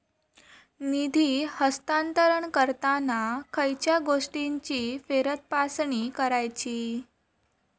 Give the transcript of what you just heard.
निधी हस्तांतरण करताना खयच्या गोष्टींची फेरतपासणी करायची?